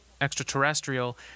Extraterrestrial